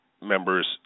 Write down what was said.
members